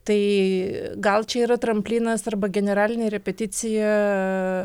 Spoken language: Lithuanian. tai gal čia yra tramplynas arba generalinė repeticija